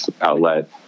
outlet